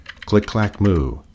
click-clack-moo